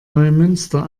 neumünster